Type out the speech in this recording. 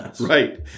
Right